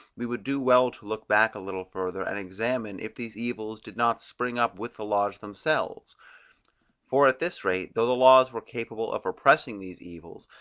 we would do well to look back a little further and examine, if these evils did not spring up with the laws themselves for at this rate, though the laws were capable of repressing these evils,